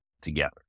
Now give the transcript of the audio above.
together